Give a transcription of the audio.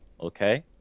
okay